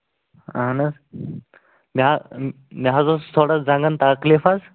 اَہن حظ مےٚ ہہ مےٚ حظ اوس تھوڑا زنٛگَن تکلیف حظ